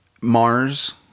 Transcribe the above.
Mars